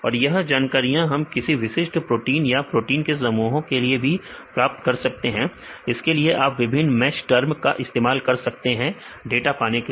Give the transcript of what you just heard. तो यह जानकारियां हम किसी विशिष्ट प्रोटीन या प्रोटीन के समूहों के लिए भी प्राप्त कर सकते हैं इसके लिए आप विभिन्न MESH टर्म का इस्तेमाल कर सकते हैं डाटा पाने के लिए